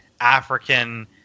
African